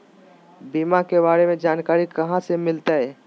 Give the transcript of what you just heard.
बीमा के बारे में जानकारी कहा से मिलते?